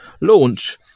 launch